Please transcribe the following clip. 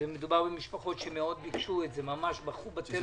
מדובר במשפחות שביקשו את זה מאוד, ממש בכו בטלפון.